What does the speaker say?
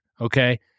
okay